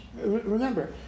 Remember